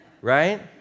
Right